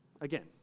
again